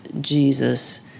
Jesus